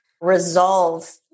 resolve